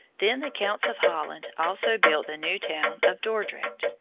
then the counts of holland also built the new town of dordrecht.